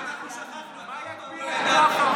אולי אנחנו שכחנו, אתה אף פעם לא ידעת.